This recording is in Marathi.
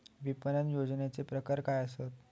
विपणन नियोजनाचे प्रकार काय आसत?